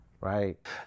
Right